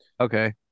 Okay